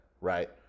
right